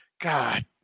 God